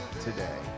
today